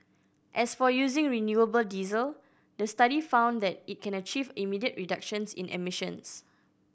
as for using renewable diesel the study found that it can achieve immediate reductions in emissions